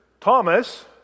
Thomas